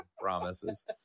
Promises